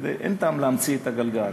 כי אין טעם להמציא את הגלגל,